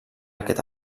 aquest